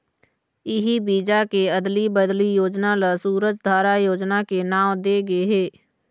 इही बीजा के अदली बदली योजना ल सूरजधारा योजना के नांव दे गे हे